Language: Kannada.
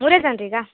ಮೂರೇ ಜನರಿಗಾ